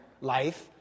life